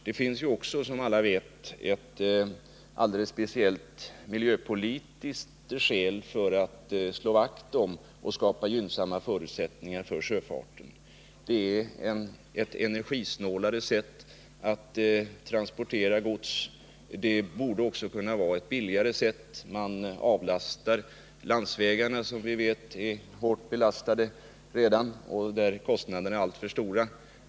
Det finns också, som alla vet, ett alldeles speciellt miljöpolitiskt skäl för att slå vakt om och skapa gynnsamma förutsättningar för sjöfarten. Det är ett energisnålt sätt att transportera gods. Det borde också kunna vara ett billigare sätt än vägtransporter. Man avlastar landsvägarna, som vi vet redan är hårt belastade och där kostnaderna är alltför stora.